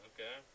Okay